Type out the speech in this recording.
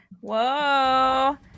Whoa